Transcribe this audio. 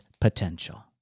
potential